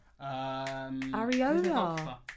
Ariola